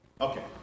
Okay